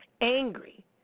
angry